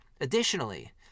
Additionally